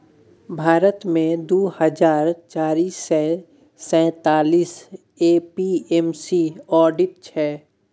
भारत मे दु हजार चारि सय सैंतालीस ए.पी.एम.सी आढ़त छै